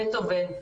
בטהובן,